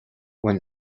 when